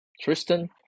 Tristan